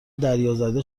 دریازده